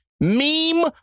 Meme